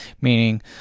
meaning